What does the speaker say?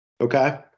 okay